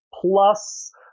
plus